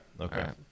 okay